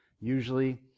Usually